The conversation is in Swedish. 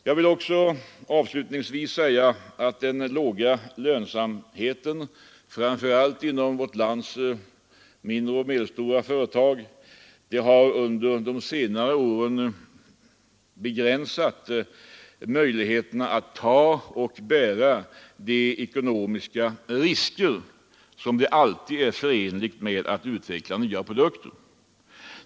Jag vill också avslutningsvis säga att den låga lönsamheten, framför allt inom vårt lands mindre och medelstora företag, har under de senare åren begränsat möjligheterna att ta och bära de ekonomiska risker som det alltid är förenat med att utveckla nya produkter.